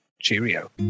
cheerio